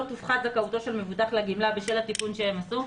תופחת זכאותו של מבוטח לגמלה בשל התיקון שהם עשו.